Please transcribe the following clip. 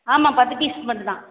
ஆமாம் பத்து பீஸ் மட்டுந்தான்